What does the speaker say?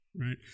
right